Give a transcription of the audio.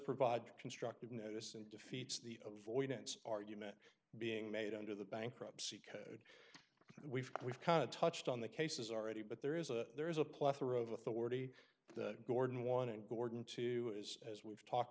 provide constructive notice and defeats the avoidance argument being made under the bankruptcy code we've we've kind of touched on the cases already but there is a there is a plethora of authority the gordon one and gordon two is as we've talked